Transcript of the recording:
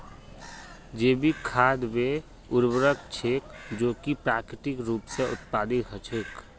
जैविक खाद वे उर्वरक छेक जो कि प्राकृतिक रूप स उत्पादित हछेक